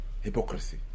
hypocrisy